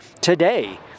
today